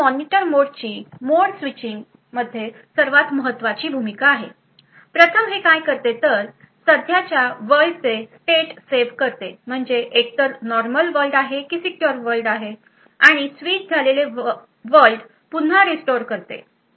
आता मॉनिटर मोडची mode switching मध्ये सर्वात महत्वाची भूमिका आहे प्रथम हे काय करते तर सध्याच्या वर्ल्डचे स्टेट सेव्ह करते म्हणजे एक तर नॉर्मल वर्ल्ड आहे कि सिक्योर वर्ल्ड आहे आणि स्विच झालेले वर्ल्ड पुन्हा स्टोअर करते